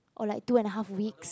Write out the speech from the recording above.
or like two and a half weeks